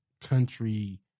country